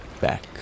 back